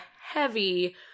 heavy